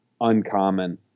uncommon